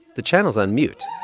the channel's on mute.